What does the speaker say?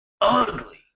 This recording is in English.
ugly